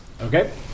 Okay